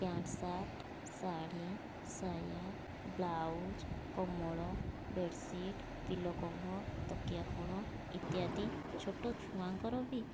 pant shirt sari ସାୟା blouse କମ୍ବଳ bedsheet pillow cover ତକିଆ ଖୋଳ ଇତ୍ୟାଦି ଛୋଟ ଛୁଆଙ୍କର ବି